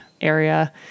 area